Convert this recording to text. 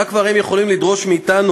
מה כבר הם כבר יכולים לדרוש מאתנו,